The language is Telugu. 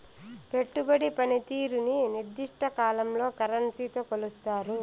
పెట్టుబడి పనితీరుని నిర్దిష్ట కాలంలో కరెన్సీతో కొలుస్తారు